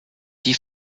die